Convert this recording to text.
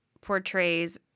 portrays